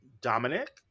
Dominic